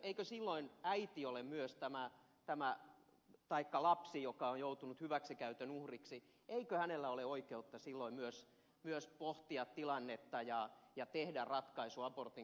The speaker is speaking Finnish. eikö silloin äidillä taikka lapsella joka on joutunut hyväksikäytön uhriksi ole oikeutta myös pohtia tilannetta ja tehdä ratkaisu abortin kautta